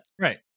right